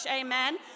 Amen